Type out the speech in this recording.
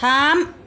थाम